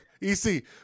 EC